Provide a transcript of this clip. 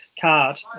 card